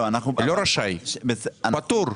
לא רשאי, פטור.